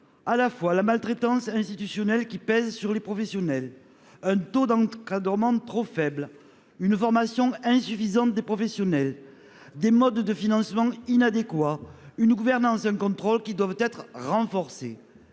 à la fois la maltraitance institutionnelle qui pèse sur les professionnels, un taux d'encadrement trop faible, une formation insuffisante des personnels, des modes de financement inadéquats, une gouvernance et un contrôle qui doivent être renforcés.